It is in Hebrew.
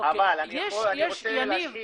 אבל אני רוצה להשלים,